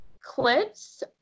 clips